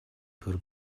төр